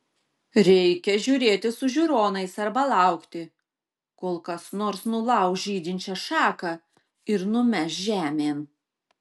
reikia žiūrėti su žiūronais arba laukti kol kas nors nulauš žydinčią šaką ir numes žemėn